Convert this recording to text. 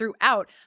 throughout